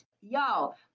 y'all